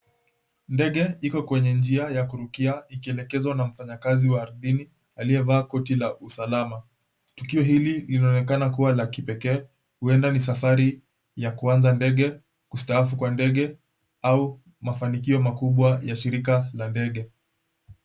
Ndege iko kwenye njia ya kurukia ikielekezwa na mfanyakazi wa ardhini aliyevaa koti la usalama. Tukio hili linaonaekana kuwa la kipekee, huenda ni safari ya kuanza ndege, kustaafu kwa ndege au mafanikio makubwa ya shirika la ndege.